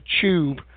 tube